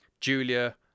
julia